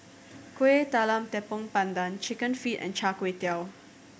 Kuih Talam Tepong Pandan Chicken Feet and Char Kway Teow